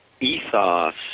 ethos